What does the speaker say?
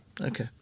Okay